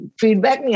feedback